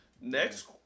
next